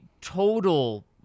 total